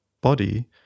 body